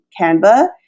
Canva